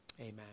Amen